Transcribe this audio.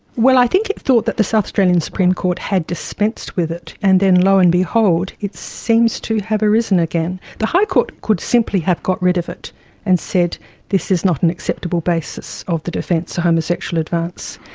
well, i think it thought that the south australian supreme court had dispensed with it, and then low and behold it seems to have arisen again. the high court could simply have got rid of it and said this is not an acceptable basis of the defence, homosexual advance.